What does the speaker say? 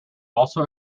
also